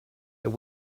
this